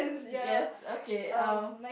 yes okay um